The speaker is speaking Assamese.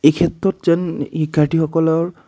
এই ক্ষেত্ৰত যেন শিক্ষাৰ্থীসকলৰ